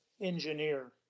engineer